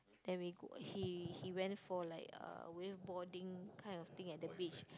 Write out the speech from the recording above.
then we go he he went for like uh wave boarding kind of thing at the beach